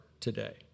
today